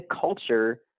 culture